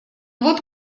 вот